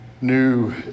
new